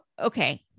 okay